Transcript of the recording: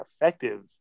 effective